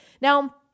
Now